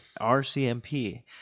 RCMP